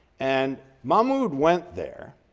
and mahmud went there,